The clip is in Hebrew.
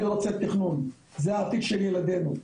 אני רוצה תכנון, זה העתיד של ילדנו,